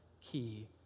key